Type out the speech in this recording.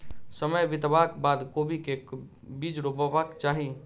समय बितबाक बाद कोबी केँ के बीज रोपबाक चाहि?